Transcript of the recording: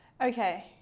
Okay